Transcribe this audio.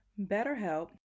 BetterHelp